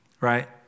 Right